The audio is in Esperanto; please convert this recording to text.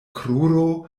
kruro